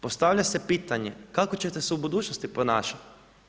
Postavlja se pitanje kako ćete se u budućnosti ponašati?